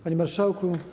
Panie Marszałku!